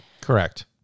Correct